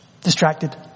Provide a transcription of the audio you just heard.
distracted